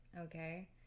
Okay